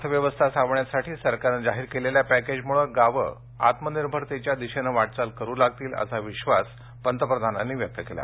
अर्थ व्यवस्था सावरण्यासाठी सरकारनं जाहीर केलेल्या पॅकेजमुळे गावं आत्मनिर्भरतेच्या दिशेनं वाटचाल करू लागतील असा विश्वास पंतप्रधानांनी व्यक्त केला